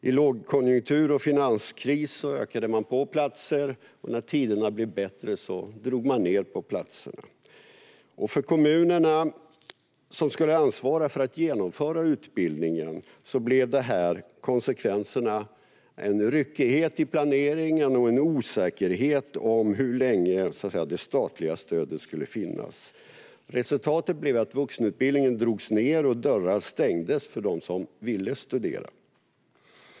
I lågkonjunktur och finanskris ökade man på antalet platser, och när tiderna blev bättre drog man ned på platserna. För kommunerna som skulle ansvara för att genomföra utbildningen blev konsekvenserna en ryckighet i planeringen och en osäkerhet om hur länge det statliga stödet skulle finnas. Resultatet blev att vuxenutbildningen drogs ned och dörrar stängdes för dem som ville studera.